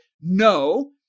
No